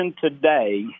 today